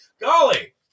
Golly